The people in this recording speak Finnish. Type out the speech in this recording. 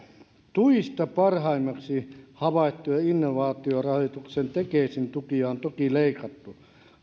tuista parhaimmiksi havaittuja innovaatiorahoituskeskus tekesin tukia on toki leikattu